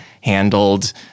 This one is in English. handled